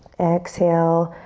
exhale,